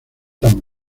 tan